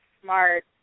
smart